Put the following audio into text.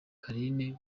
carine